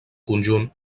conjunt